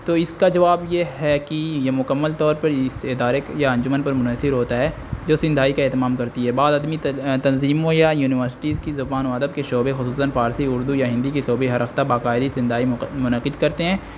تو اس کا جواب یہ ہے کہ یہ مکمل طور پر اس ادارک یا انجمن پر منحصر ہوتا ہے جو زندائی کا اہمام کرتی ہے بعد آدمی تنظیموں یونیورسٹیز کی زان عادت کے شعبے خصوصً فارسی ارو یا ہندی کے شعبے ح ہفتہ باقعد زندائی منعقد کرتے ہیں